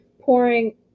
pouring